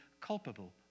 culpable